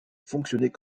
fonctionnait